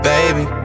Baby